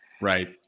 Right